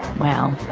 well,